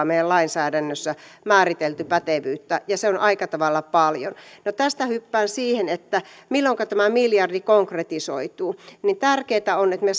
meidän lainsäädännössä määritelty pätevyyttä ja se on aika tavalla paljon tästä hyppään siihen että milloinka tämä miljardi konkretisoituu tärkeätä on että me